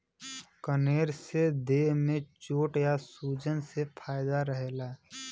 कनेर से देह में चोट या सूजन से फायदा रहला